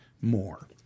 more